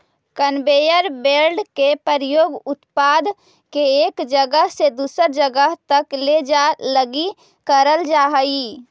conveyor belt के उपयोग उत्पाद के एक जगह से दूसर जगह तक ले जाए लगी करल जा हई